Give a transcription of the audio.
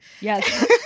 yes